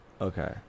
okay